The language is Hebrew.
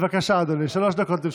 בבקשה, אדוני, שלוש דקות לרשותך.